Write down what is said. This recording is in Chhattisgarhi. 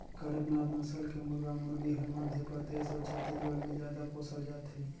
कड़कनाथ नसल के मुरगा मुरगी हर मध्य परदेस अउ छत्तीसगढ़ में जादा पोसल जाथे